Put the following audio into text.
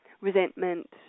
resentment